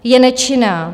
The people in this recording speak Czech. Je nečinná.